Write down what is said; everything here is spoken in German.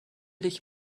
dich